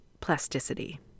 plasticity